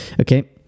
Okay